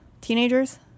teenagers